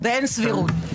ואין סבירות.